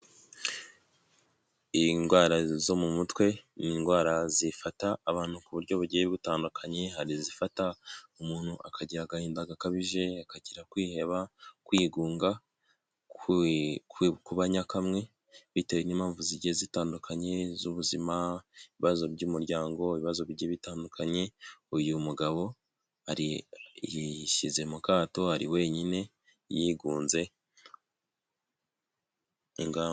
Indwara zo mu mutwe, ni indwara zifata abantu ku buryo bugiye butandukanye, hari izifata umuntu akagira agahinda gakabije, akagira kwiheba, kwigungabana, kuba nyakamwe, bitewe n'impamvu zigize zitandukanye z'ubuzima, ibibazo by'umuryango, ibibazo bigiye bitandukanye, uyu mugabo yishyize mu kato ari wenyine yigunze .